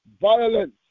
violence